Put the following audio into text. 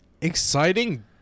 exciting